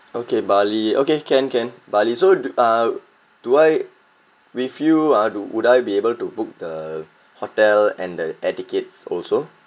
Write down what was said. okay bali okay can can bali so uh do I with you uh do would I be able to book the hotel and the air tickets also